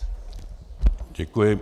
Děkuji.